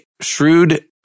shrewd